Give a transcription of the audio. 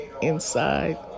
inside